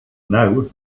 now